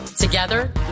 Together